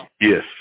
Yes